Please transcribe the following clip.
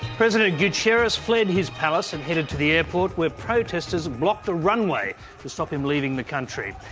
president guitierrez fled his palace and headed to the airport where protesters blocked the runway, to stop him leaving the country.